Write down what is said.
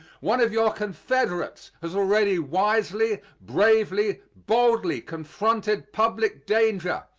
one of your confederates has already wisely, bravely, boldly confronted public danger,